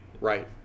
Right